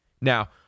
Now